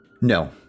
No